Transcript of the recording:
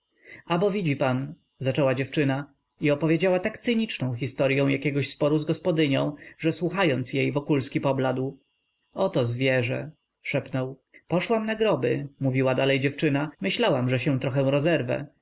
bo widzi pan zaczęła dziewczyna i opowiedziała tak cyniczną historyą jakiegoś sporu z gospodynią że słuchając jej wokulski pobladł oto zwierzę szepnął poszłam na groby mówiła dalej dziewczyna myślałam że się trochę rozerwę